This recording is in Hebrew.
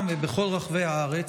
והיא בכל רחבי הארץ.